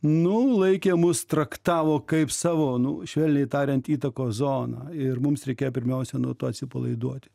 nu laikė mus traktavo kaip savo nu švelniai tariant įtakos zoną ir mums reikėjo pirmiausia nuo to atsipalaiduoti